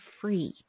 free